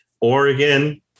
Oregon